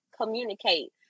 communicate